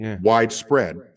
widespread